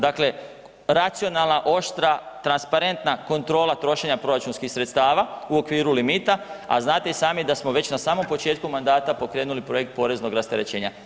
Dakle, racionalna, oštra, transparentna kontrola trošenja proračunskih sredstava u okviru limita, a znate i sami da smo već na samom početku mandata pokrenuli projekt poreznog rasterećenja.